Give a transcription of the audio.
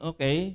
Okay